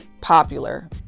popular